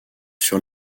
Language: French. sur